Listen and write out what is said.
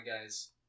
guys